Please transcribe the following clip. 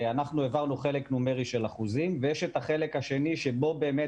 אנחנו העברנו חלק נומרי של אחוזים ויש את החלק השני שבו באמת